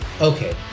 Okay